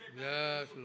Yes